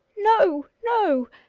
no, no,